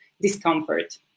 discomfort